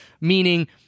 meaning